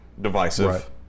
divisive